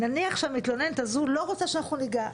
נניח שהמתלוננת הזו לא רוצה שאנחנו ניגע,